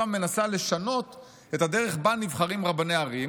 הקואליציה עכשיו מנסה לשנות את הדרך שבה נבחרים רבני ערים,